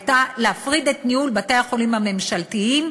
הייתה להפריד את ניהול בתי-החולים הממשלתיים,